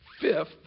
fifth